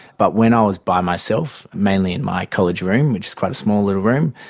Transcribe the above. but when i was by myself, mainly in my college room, which is quite a small little room,